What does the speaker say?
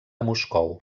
moscou